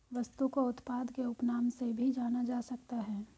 वस्तु को उत्पाद के उपनाम से भी जाना जा सकता है